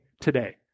today